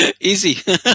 easy